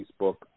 Facebook